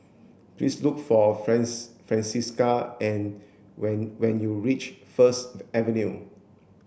please look for France Francisca and when when you reach First Avenue